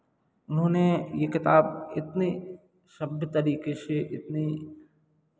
उन्होंने ये किताब इतने सभ्य तरीके से इतनी